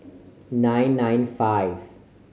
nine nine five